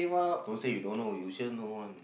don't say you don't know you sure know one